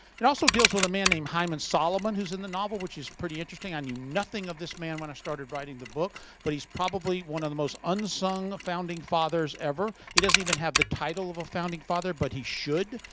it also deals with a man named haym and salomon, who's in the novel, which is pretty interesting. i knew nothing of this man when i started writing the book, but he's probably one of the most unsung founding fathers ever. he doesn't even have the title of a founding father, but he should.